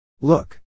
Look